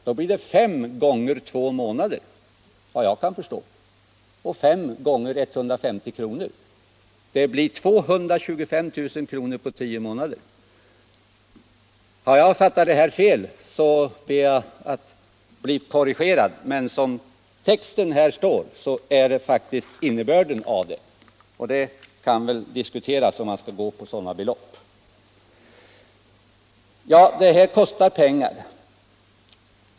Vad jag kan förstå skulle det bli fem gånger två månader och fem gånger 150 kr. Det blir 225 000 kr. på tio månader. Om jag har fattat förslaget fel ber jag att få bli korrigerad, men som texten är utformad är detta faktiskt innebörden, och det kan väl diskuteras om man skall gå med på sådana belopp. Ja, detta kostar pengar.